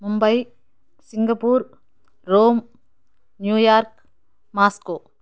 Mumbai Singapore Rome New York Moscow